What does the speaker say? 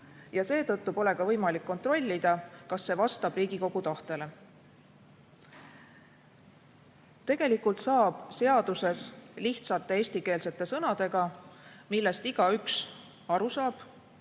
Ja seetõttu pole ka võimalik kontrollida, kas see vastab Riigikogu tahtele. Tegelikult saab seaduses lihtsate eestikeelsete sõnadega, millest igaüks aru saab,